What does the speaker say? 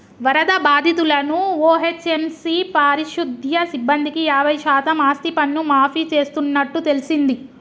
వరద బాధితులను ఓ.హెచ్.ఎం.సి పారిశుద్య సిబ్బందికి యాబై శాతం ఆస్తిపన్ను మాఫీ చేస్తున్నట్టు తెల్సింది